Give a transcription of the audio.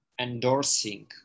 endorsing